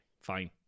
fine